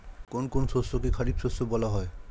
কোন কোন শস্যকে খারিফ শস্য বলা হয়?